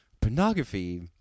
pornography